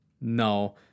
no